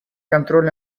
контроль